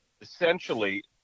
essentially